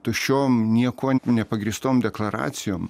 tuščiom niekuo nepagrįstom deklaracijom